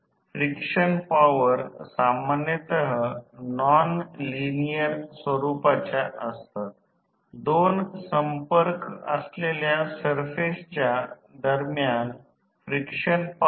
आणि हस्तांतरण प्रतिरोध आणि गळती प्रतिक्रिया खूपच लहान आहेत येथे संपूर्ण भार विद्युत प्रवाह प्रसारित करण्यासाठी रेटेड व्होल्टेज पैकी 5 ते 8 टक्के पुरेसे आहेत